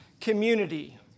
community